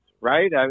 right